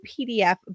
PDF